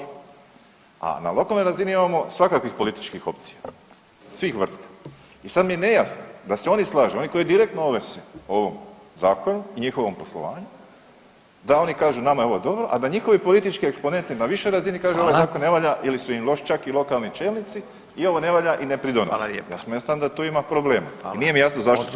A na lokalnoj razini imamo svakakvih političkih opcija, svih vrsta i sad mi je nejasno, da se oni slažu, oni koji direktno ovise o ovom Zakonu i njihovom poslovanju, da oni kažu nama je ovo dobro, a da njihovi politički eksponenti na višoj razini kažu [[Upadica: Hvala.]] ovaj Zakon ne valja ili su im čak i lokalni čelnici i ovo ne valja i ne pridonosi [[Upadica: Hvala lijepa.]] Jednostavno tu ima problema i [[Upadica: Hvala.]] nije mi jasno zašto su